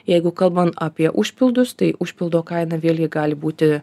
jeigu kalban apie užpildus tai užpildo kaina vėlgi gali būti